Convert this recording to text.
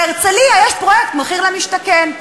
בהרצליה יש פרויקט מחיר למשתכן.